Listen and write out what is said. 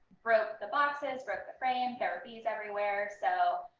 broke the boxes, broke the frame. there were bees everywhere. so